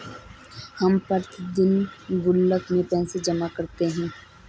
हम प्रतिदिन गुल्लक में पैसे जमा करते है